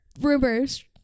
rumors